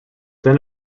then